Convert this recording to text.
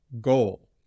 goal